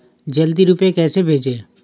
जल्दी रूपए कैसे भेजें?